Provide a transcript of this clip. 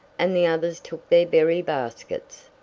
and the others took their berry baskets.